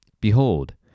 Behold